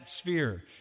sphere